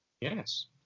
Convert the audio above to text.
Yes